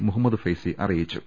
മുഹമ്മദ് ഫൈസി അറിയിച്ചു